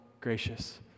gracious